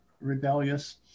rebellious